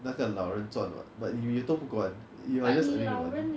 那个老人赚 [what] but 女的都不管 you are just li~